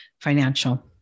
financial